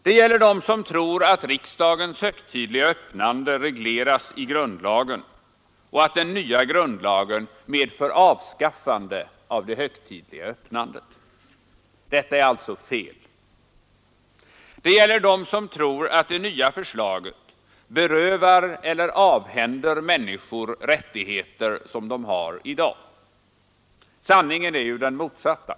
Det gäller dem som tror att riksdagens högtidliga öppnande regleras i grundlagen och att den nya grundlagen medför avskaffande av det högtidliga öppnandet. Detta är alltså fel. Somliga tror också att det nya förslaget berövar eller avhänder människor rättigheter som de har i dag. Sanningen är ju den motsatta.